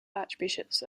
archbishops